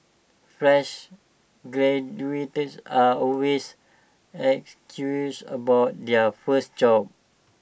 fresh are always about their first job